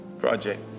Project